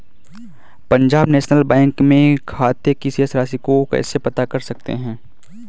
Punjab National Bank में खाते की शेष राशि को कैसे पता कर सकते हैं?